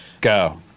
Go